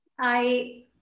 I-